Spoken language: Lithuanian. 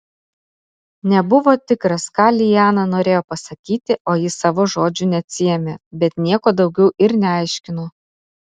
nebuvo tikras ką liana norėjo pasakyti o ji savo žodžių neatsiėmė bet nieko daugiau ir neaiškino